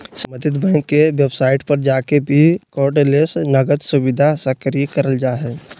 सम्बंधित बैंक के वेबसाइट पर जाके भी कार्डलेस नकद सुविधा सक्रिय करल जा हय